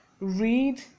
read